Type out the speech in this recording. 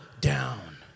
down